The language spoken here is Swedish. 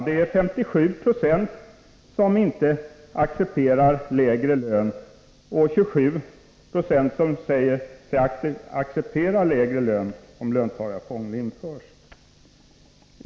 Det är 57 96 som inte accepterar lägre lön och 27 96 som säger sig acceptera lägre lön om löntagarfonder införs.